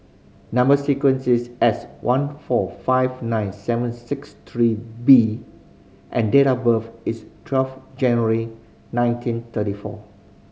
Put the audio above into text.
number sequence is S one four five nine seven six three B and date of birth is twelve January nineteen thirty four